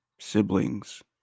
siblings